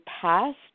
past